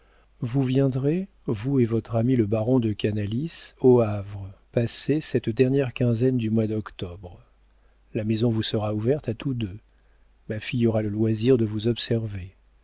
vous viendrez vous et votre ami le baron de canalis au havre passer cette dernière quinzaine du mois d'octobre ma maison vous sera ouverte à tous deux ma fille aura le loisir de vous observer